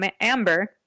Amber